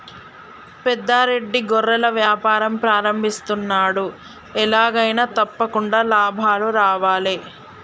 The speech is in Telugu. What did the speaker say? పెద్ద రెడ్డి గొర్రెల వ్యాపారం ప్రారంభిస్తున్నాడు, ఎలాగైనా తప్పకుండా లాభాలు రావాలే